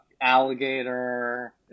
alligator